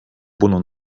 bunu